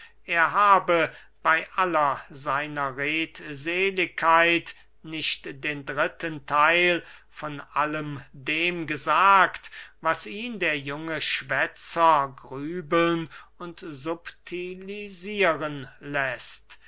er habe bey aller seiner redseligkeit nicht den dritten theil von allem dem gesagt was ihn der junge schwätzer grübeln und subtilisieren läßt